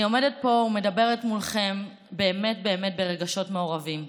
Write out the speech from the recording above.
אני עומדת פה ומדברת מולכם באמת באמת ברגשות מעורבים.